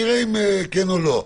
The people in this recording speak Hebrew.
נראה אם כן או לא,